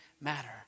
matter